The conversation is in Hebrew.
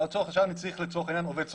עכשיו לצורך העניין אני צריך עובד סוציאלי,